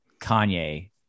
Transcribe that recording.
Kanye